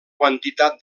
quantitat